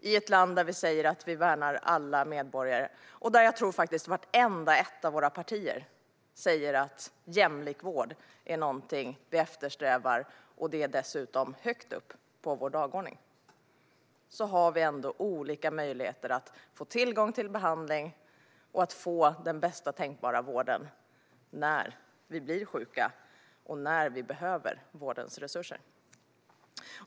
I ett land där vi säger att vi värnar om alla medborgare och där jag tror att vartenda ett av våra partier säger att jämlik vård är något som vi eftersträvar och som dessutom står högt upp på dagordningen har vi olika möjligheter att få tillgång till behandling och få bästa tänkbara vård när vi blir sjuka och när vi behöver vårdens resurser.